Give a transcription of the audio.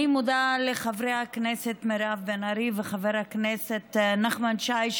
אני מודה לחברת הכנסת מירב בן ארי וחבר הכנסת נחמן שי,